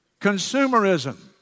Consumerism